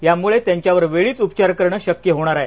यामुळे त्यांच्यावर वेळीच उपचार करणे शक्य होणार आहे